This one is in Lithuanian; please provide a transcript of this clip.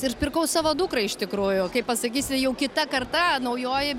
ir pirkau savo dukrai iš tikrųjų kai pasakysiu jau kita karta naujoji